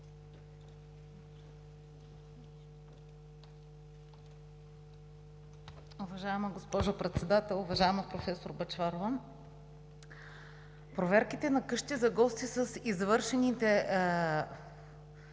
Уважаема госпожо Председател, уважаема професор Бъчварова! Проверките на къщи за гости с извършените